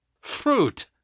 Fruit